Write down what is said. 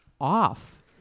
off